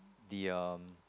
they um